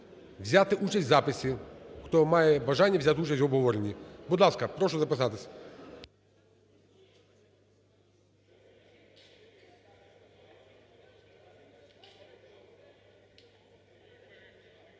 взяти участь в записі, хто має бажання взяти участь в обговоренні. Будь ласка, прошу записатися.